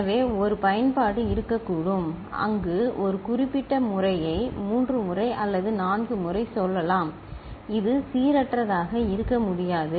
எனவே ஒரு பயன்பாடு இருக்கக்கூடும் அங்கு ஒரு குறிப்பிட்ட முறையை 3 முறை அல்லது 4 முறை சொல்லலாம் இது சீரற்றதாக இருக்க முடியாது